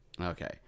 Okay